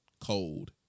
cold